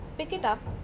pick it up.